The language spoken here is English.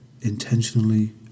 Intentionally